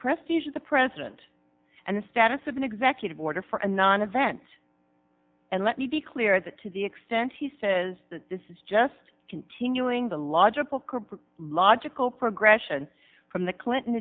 prestige of the president and the status of an executive order for a nonevent and let me be clear that to the extent he says that this is just continuing the logical corporate logical progression from the clinton